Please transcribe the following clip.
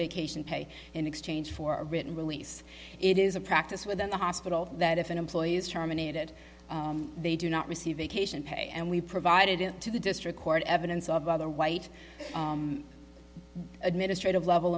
vacation pay in exchange for a written release it is a practice within the hospital that if an employee is terminated they do not receive vacation pay and we provided it to the district court evidence of other white administrative level